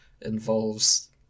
involves